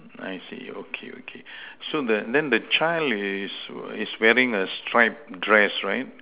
I see okay okay so the then the child is is wearing a striped dress right